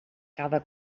cada